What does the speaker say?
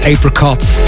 Apricots